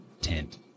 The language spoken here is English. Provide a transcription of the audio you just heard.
tent